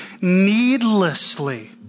needlessly